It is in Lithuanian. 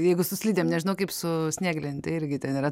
jeigu su slidėm nežinau kaip su snieglente irgi ten yra